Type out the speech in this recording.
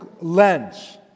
lens